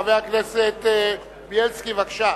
חבר הכנסת בילסקי, בבקשה.